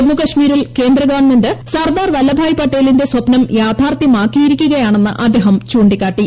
ജമ്മു കശ്മീരിൽ കേന്ദ്രഗവൺമെന്റ് സർദാർ വല്ലഭായ് പട്ടേലിന്റെ സ്വപ്നം യാഥാർത്ഥ്യമാക്കിയിരിക്കുകയാണെന്ന് അദ്ദേഹം ചൂണ്ടിക്കാട്ടി